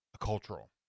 cultural